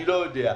אני לא יודע.